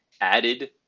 added